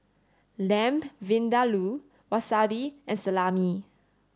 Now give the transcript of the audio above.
Lamb Vindaloo Wasabi and Salami